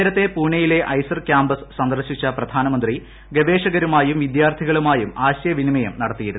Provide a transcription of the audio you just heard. നേരത്തെ പൂനെയിലെ IISER campus സന്ദർശിച്ച പ്രധാനമന്ത്രി ഗവേഷകരുമായും വിദ്യാർത്ഥികളുമായും ആശയവിനിമയം നടത്തിയിരുന്നു